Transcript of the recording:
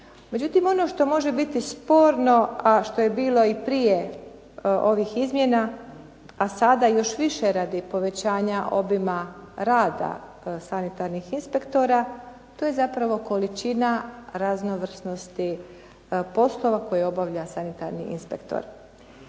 Međutim ono što može biti sporno, a što je bilo i prije ovih izmjena, a sada još više radi povećanja obima rada sanitarnih inspektora, to je zapravo količina raznovrsnosti poslova koje obavlja sanitarni inspektor.